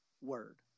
word